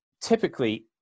typically